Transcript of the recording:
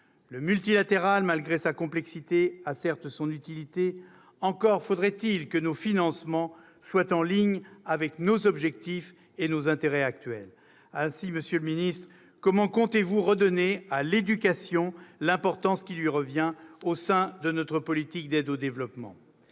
le multilatéral, malgré sa complexité, a son utilité, mais encore faudrait-il que nos financements soient en ligne avec nos objectifs et nos intérêts actuels. Ainsi, monsieur le ministre, comment comptez-vous redonner à l'éducation l'importance qui lui revient au sein de notre politique d'aide au développement ?